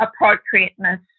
appropriateness